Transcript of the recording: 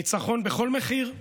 ניצחון בכל מחיר,